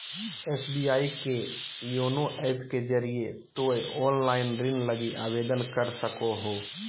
SBI के YONO app के जरिए तोय ऑनलाइन ऋण लगी आवेदन कर सको हो